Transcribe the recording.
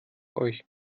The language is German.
euch